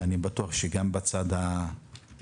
אני בטוח שגם בצד הזה,